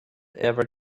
ever